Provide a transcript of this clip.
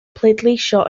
pleidleisio